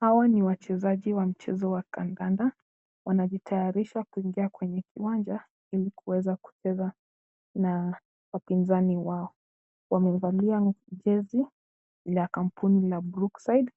Hawa ni wachezaji wa mchezo wa kandanda. Wanajitayarisha kuingia kwenye kiwanja ili kuweza kucheza na wapinzani wao. Wamevalia jezi la kampuni la Brookside,